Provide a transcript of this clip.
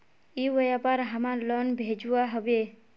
ई व्यापार हमार लोन भेजुआ हभे?